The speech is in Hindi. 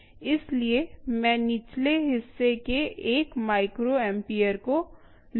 इसलिए मैं निचले हिस्से के 1 माइक्रोएम्पायर को लूँगी